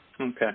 Okay